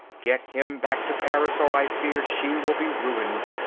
get him back to paris or i fear she will be ruined.